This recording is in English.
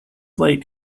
late